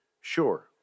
sure